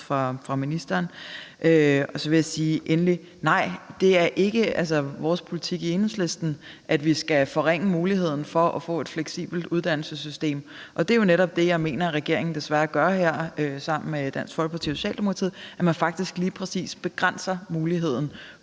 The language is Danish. af ministeren. Og så vil jeg endelig sige, at nej, det er ikke vores politik i Enhedslisten, at vi skal forringe muligheden for at få et fleksibelt uddannelsessystem. Det er jo netop det jeg mener regeringen desværre gør her sammen med Dansk Folkeparti og Socialdemokratiet, nemlig at man faktisk lige præcis begrænser muligheden for